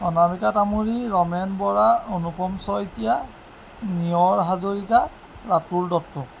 Anamika Tamuli Ramen Bora Anupam Saikia Niyor Hazarika Ratul Dutta